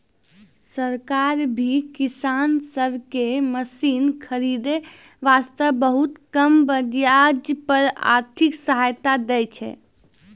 सरकार भी किसान सब कॅ मशीन खरीदै वास्तॅ बहुत कम ब्याज पर आर्थिक सहायता दै छै